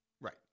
Right